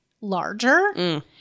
larger